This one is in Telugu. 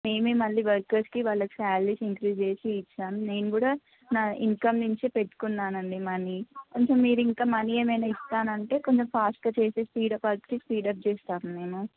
మేము మళ్ళీ వర్కర్స్కి వాళ్ళకి శాలరీస్ ఇంక్రీజ్ చేసి ఇచ్చాం నేను కూడా నా ఇన్కమ్ నుంచే పెట్టుకున్నాను అండి మనీ కొంచెం మీరు ఇంక మనీ ఏమైనా ఇస్తానంటే కొంచెం ఫాస్ట్గా చేసి స్పీడప్ చేసి స్పీడప్ చేస్తాము మేము